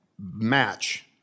match